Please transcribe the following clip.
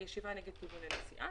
על ישיבה נגד כיוון הנסיעה,